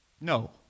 No